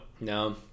No